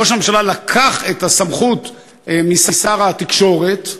ראש הממשלה לקח את הסמכות משר התקשורת,